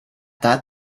that